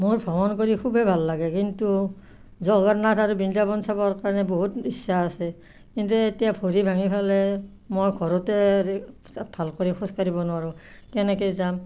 মই ভ্ৰমণ কৰি খুবেই ভাল লাগে কিন্তু জগন্নাথ আৰু বৃন্দাবন চাবৰ কাৰণে বহুত ইচ্ছা আছে কিন্তু এতিয়া ভৰি ভাঙি পেলাই মই ঘৰতে আৰু ভাল কৰি খোজ কাঢ়িব নোৱাৰোঁ কেনেকৈ যাম